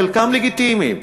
חלקם לגיטימיים.